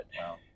Wow